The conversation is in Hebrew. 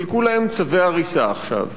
חילקו להם צווי הריסה עכשיו,